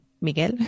miguel